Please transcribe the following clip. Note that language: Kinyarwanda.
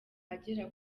agera